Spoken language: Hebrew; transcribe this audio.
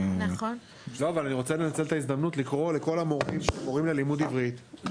אני רוצה לנצל את ההזדמנות לקרוא לכל המורים שהם מורים ללימוד עברית,